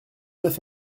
neuf